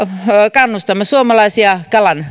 kannustamme suomalaisia